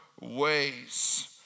ways